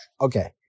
Okay